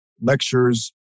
lectures